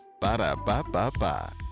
Ba-da-ba-ba-ba